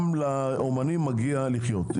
גם לאמנים מגיע לחיות.